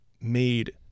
made